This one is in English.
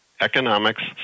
economics